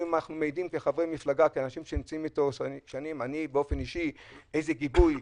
אני אישית כמי שנמצא אתו שנים יודע איזה גיבוי,